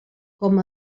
com